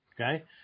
okay